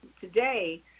today